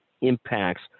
impacts